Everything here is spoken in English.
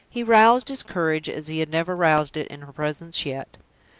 he roused his courage as he had never roused it in her presence yet.